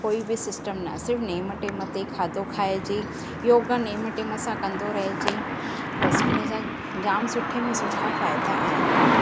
कोई बि सिस्टम न सिर्फ़ु नेम टेम ते खाधो खाइजे योगा नेम टेम सां कंदो रहिजे बसि उन सां जाम सुठे में सुठा फ़ाइदा आहिनि